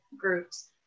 groups